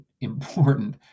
important